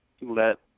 let –